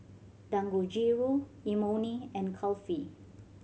Dangojiru Imoni and Kulfi